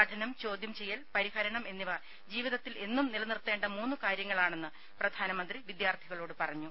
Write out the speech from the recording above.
പഠനം ചോദ്യം ചെയ്യൽ പരിഹരണം എന്നിവ ജീവിതത്തിൽ എന്നും നിലനിർത്തേണ്ട മൂന്ന് കാര്യങ്ങളാണെന്ന് പ്രധാനമന്ത്രി വിദ്യാർത്ഥികളോട് പറഞ്ഞു